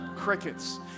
crickets